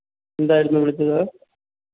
എന്തായിരുന്നു വിളിച്ചത്